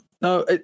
no